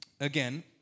Again